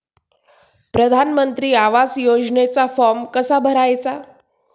प्रधानमंत्री आवास योजनेचा फॉर्म कसा भरायचा?